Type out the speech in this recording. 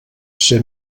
ser